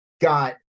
got